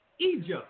Egypt